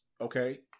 okay